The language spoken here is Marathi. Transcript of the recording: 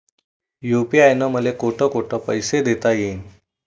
यू.पी.आय न मले कोठ कोठ पैसे देता येईन?